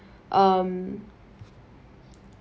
um